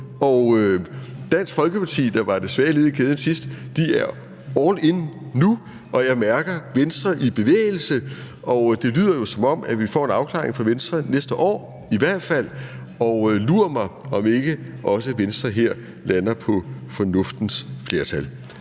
Dansk Folkeparti, der var det svage led i kæden sidst, er all in nu, og jeg mærker et Venstre i bevægelse. Og det lyder jo, som om vi får en afklaring fra Venstre næste år i hvert fald. Og lur mig, om ikke også Venstre her lander på fornuftens flertal.